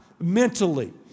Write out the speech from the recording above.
mentally